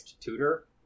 tutor